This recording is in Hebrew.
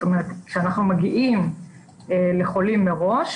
זאת אומרת, כשאנחנו מגיעים לחולים מראש